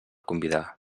convidar